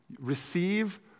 receive